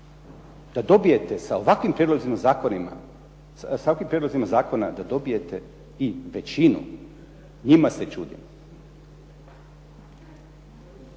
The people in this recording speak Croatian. da dobijete sa ovakvim prijedlozima zakona da dobijete i većinu, njima se čudim.